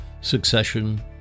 succession